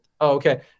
okay